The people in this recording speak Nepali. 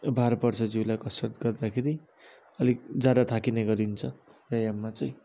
भार पर्छ जिउलाई कसरत गर्दाखेरि अलिक ज्यादा थाक्ने गरिन्छ व्यायाममा चाहिँ